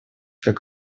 как